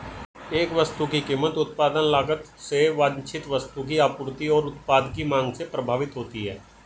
एक वस्तु की कीमत उत्पादन लागत से वांछित वस्तु की आपूर्ति और उत्पाद की मांग से प्रभावित होती है